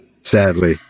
Sadly